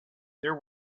there